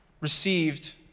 received